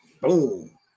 Boom